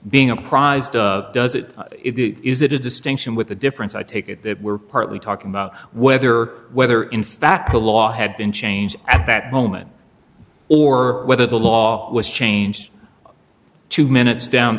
being apprised does it is it a distinction with a difference i take it that we're partly talking about whether whether in fact the law had been changed at that moment or whether the law was changed two minutes down